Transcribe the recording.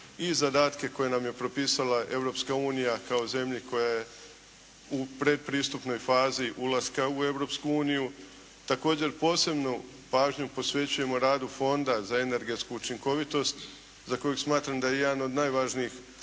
i zadatke koje nam je propisala Europska unija kao zemlji koja je u predpristupnoj fazi ulaska u Europsku uniju. Također posebnu pažnju posvećujemo radu Fonda za energetsku učinkovitost za koju smatram da je jedan od najvažnijih